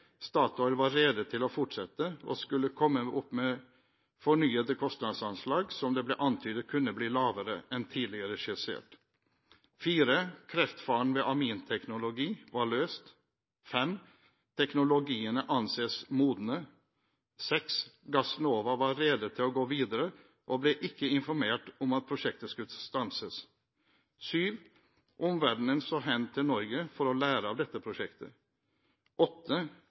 Statoil var rede til å fortsette og skulle komme opp med fornyede kostnadsanslag, som det ble antydet kunne bli lavere enn tidligere skissert. Kreftfaren ved aminteknologi var løst. Teknologiene anses modne. Gassnova var rede til å gå videre og ble ikke informert om at prosjektet skulle stanses. Omverdenen så hen til Norge for å lære av dette prosjektet.